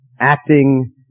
acting